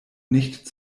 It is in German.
nicht